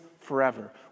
forever